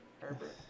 Herbert